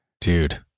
Dude